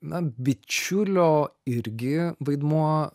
na bičiulio irgi vaidmuo